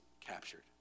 captured